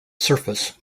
surface